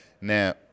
Now